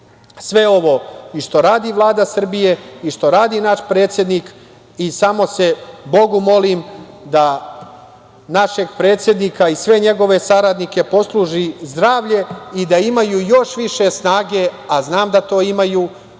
sve ovo i što radi Vlada Srbije i što radi naš predsednik i samo se Bogu molim da našeg predsednika i sve njegove saradnike posluži zdravlje i da imaju još više snage, a znam da to imaju